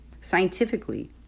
Scientifically